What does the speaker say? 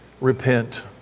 Repent